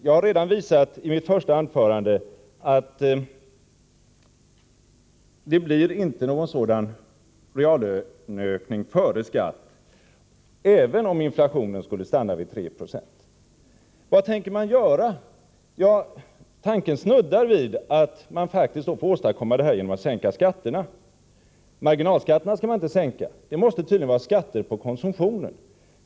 Jag har redan i mitt första anförande redovisat att det inte blir någon sådan reallöneökning före skatt, även om inflationen skulle stanna vid 3 90. Vad tänker regeringen göra? Tanken snuddar vid att regeringen faktiskt vill åstadkomma detta genom att sänka skatterna. Marginalskatterna skall inte sänkas, så tydligen är det fråga om skatter på konsumtionen.